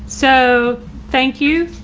so thank you.